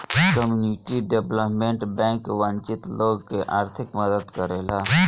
community development bank वंचित लोग के आर्थिक मदद करेला